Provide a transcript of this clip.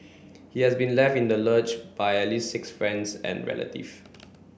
he has been left in the lurch by at least six friends and relative